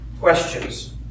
Questions